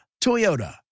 Toyota